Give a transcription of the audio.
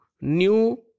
new